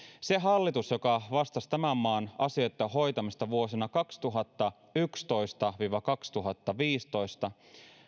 sillä hallituksella joka vastasi tämän maan asioitten hoitamisesta vuosina kaksituhattayksitoista viiva kaksituhattaviisitoista